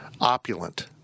opulent